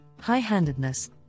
high-handedness